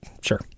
sure